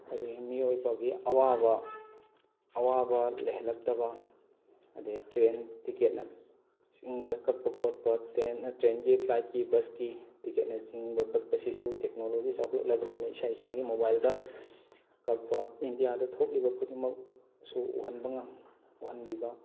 ꯑꯗꯒꯤ ꯃꯤꯌꯣꯏꯕꯒꯤ ꯑꯋꯥꯕ ꯑꯋꯥꯕ ꯂꯩꯍꯜꯂꯛꯇꯕ ꯑꯗꯩ ꯇ꯭ꯔꯦꯟ ꯇꯤꯛꯀꯦꯠꯅ ꯆꯤꯡꯕ ꯀꯛꯄ ꯈꯣꯠꯄ ꯇ꯭ꯔꯦꯟꯒꯤ ꯐ꯭ꯂꯥꯏꯠꯀꯤ ꯕꯁꯀꯤ ꯇꯤꯀꯦꯠꯅꯆꯤꯡꯕ ꯀꯛꯄꯁꯤꯁꯨ ꯇꯦꯛꯅꯣꯂꯣꯖꯤ ꯆꯥꯎꯈꯠꯂꯛꯂꯕꯅꯤꯅ ꯏꯁꯥ ꯏꯁꯥꯒꯤ ꯃꯣꯕꯥꯏꯜꯗ ꯀꯛꯄ ꯏꯟꯗꯤꯌꯥꯗ ꯊꯣꯛꯂꯤꯕ ꯈꯨꯗꯤꯡꯃꯛꯁꯨ ꯎꯍꯟꯕ ꯎꯍꯟꯕꯤꯕ